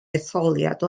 etholiad